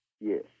Yes